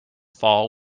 fall